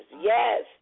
Yes